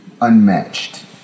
unmatched